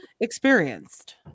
experienced